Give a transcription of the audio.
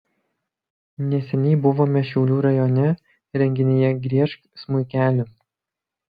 neseniai buvome šiaulių rajone renginyje griežk smuikeli